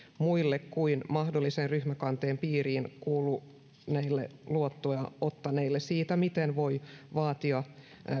muille kuin mahdollisen ryhmäkanteen piiriin kuuluneille luottoja ottaneille siitä miten voi vaatia